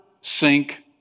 sink